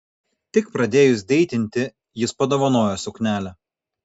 tik pradėjus deitinti jis padovanojo suknelę